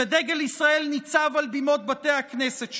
שדגל ישראל ניצב על בימות בתי הכנסת שלהן,